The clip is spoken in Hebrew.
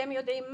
אתם יודעים מה?